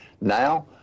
Now